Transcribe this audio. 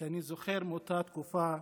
שאני זוכר מאותה תקופה,